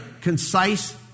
Concise